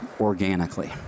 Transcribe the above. organically